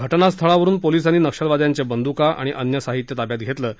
घ जास्थळावरुन पोलिसांनी नक्षल्यांच्या बंदुका आणि अन्य साहित्य ताब्यात घेतलं आहे